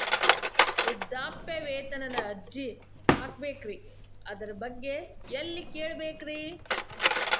ವೃದ್ಧಾಪ್ಯವೇತನ ಅರ್ಜಿ ಹಾಕಬೇಕ್ರಿ ಅದರ ಬಗ್ಗೆ ಎಲ್ಲಿ ಕೇಳಬೇಕ್ರಿ?